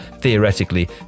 theoretically